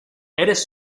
eres